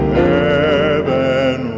heaven